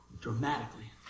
dramatically